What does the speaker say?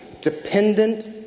Dependent